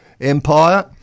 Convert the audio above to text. Empire